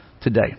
today